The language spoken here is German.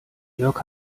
jörg